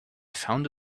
found